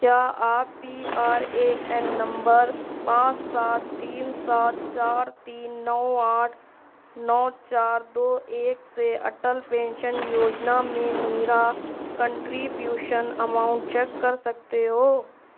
کیا آپ P R A N نمبر پانچ سات تین سات چار تین نو آٹھ نو چار دو ایک سے اٹل پینشن یوجنا میں میرا کنٹریبیوشن اماؤنٹ چیک کر سکتے ہو